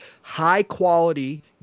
high-quality